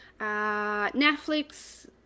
Netflix